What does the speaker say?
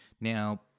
Now